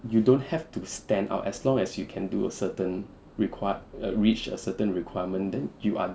you don't have to stand out as long as you can do a certain required err reach a certain requirement then you are